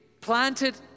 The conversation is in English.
planted